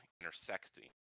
intersecting